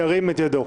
ירים את ידו.